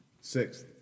sixth